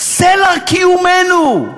סלע קיומנו.